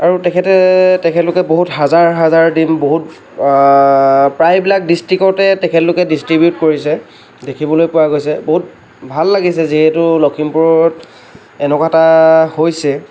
আৰু তেখেতে তেখেতলোকে বহুত হাজাৰ হাজাৰ ডিম বহুত প্ৰায়বিলাক ডিষ্ট্ৰিকতে তেখতলোকে ডিষ্টট্ৰিবিউত কৰিছে দেখিবলৈ পোৱা গৈছে বহুত ভাল লাগিছে যিহেতু লখিমপুৰত এনেকুৱা এটা হৈছে